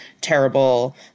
terrible